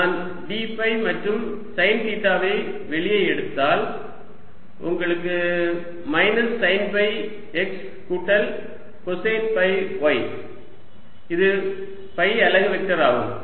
நான் d phi மற்றும் sine தீட்டாவை வெளியே எடுத்தால் உங்களுக்கு மைனஸ் சைன் ஃபை x கூட்டல் கொசைன் ஃபை y இது ஃபை அலகு வெக்டர் ஆகும்